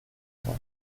cinq